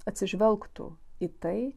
atsižvelgtų į tai